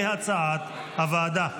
כהצעת הוועדה.